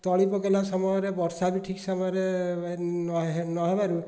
ତଳି ପକେଇଲା ସମୟରେ ବର୍ଷା ବି ଠିକ ସମୟରେ ନ ହେ ନ ହେବାରୁ